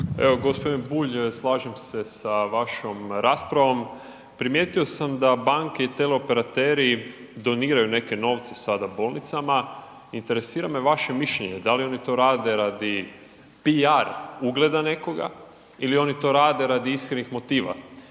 Evo gospodine Bulj, slažem se sa vašom raspravom. Primijetio sam da banke i teleoperateri doniraju neke novce sada bolnicama, interesira me vaše mišljenje, da li oni to rade PR ugleda nekoga ili oni to rade radi iskrenih motiva?